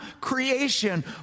creation